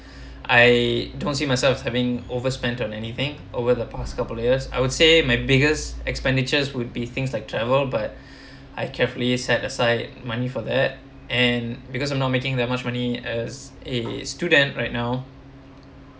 I don't see myself having overspent on anything over the past couple of years I would say my biggest expenditures would be things like travel but I carefully set aside money for that and because I'm not making that much money as a student right now